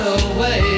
away